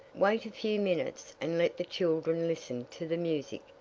wait a few minutes, and let the children listen to the music.